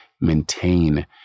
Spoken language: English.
maintain